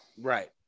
Right